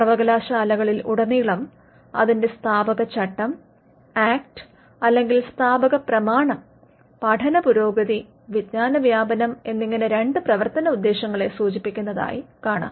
സർവകലാശാലകളിൽ ഉടനീളം അതിന്റെ സ്ഥാപകചട്ടം ആക്ട് അല്ലെങ്കിൽ സ്ഥാപകപ്രമാണം പഠനപുരോഗതി വിജ്ഞാനവ്യാപനം എനിങ്ങെനെ രണ്ട് പ്രവർത്തനഉദ്യേശങ്ങെളെ സൂചിപ്പിക്കുന്നതായി കാണാം